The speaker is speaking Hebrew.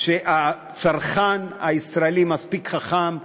הצרכן הישראלי מספיק חכם,